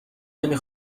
نمی